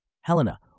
Helena